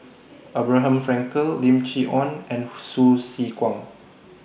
Abraham Frankel Lim Chee Onn and Hsu Tse Kwang